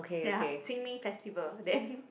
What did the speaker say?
ya Qing Ming festival then